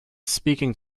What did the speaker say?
speaking